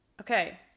okay